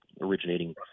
originating